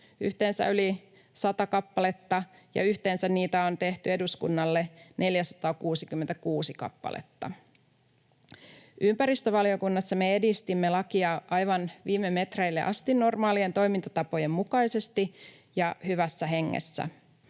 yhteensä yli sata kappaletta, ja yhteensä niitä on tehty eduskunnalle 466 kappaletta. Ympäristövaliokunnassa me edistimme lakia aivan viime metreille asti normaalien toimintatapojen mukaisesti ja hyvässä hengessä.